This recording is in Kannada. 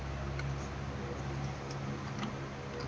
ಸರ್ ನನ್ನ ಠೇವಣಿ ಮೇಲೆ ಎಷ್ಟು ಸಾಲ ಸಿಗುತ್ತೆ ರೇ?